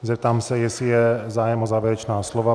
Zeptám se, jestli je zájem o závěrečná slova.